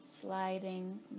sliding